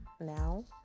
now